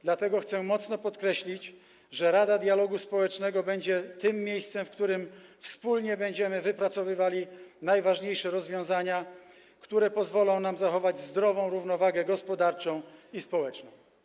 Dlatego chcę mocno podkreślić, że Rada Dialogu Społecznego będzie tym miejscem, w którym wspólnie będziemy wypracowywali najważniejsze rozwiązania, które pozwolą nam zachować zdrową równowagę gospodarczą i społeczną.